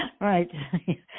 Right